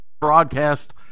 broadcast